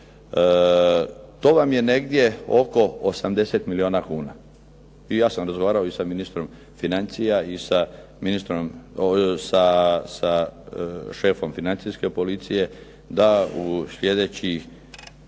To vam je negdje oko 80 milijuna kuna. I ja sam razgovarao i sa ministrom financija i sa šefom Financijske policije da u sljedećih